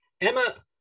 Emma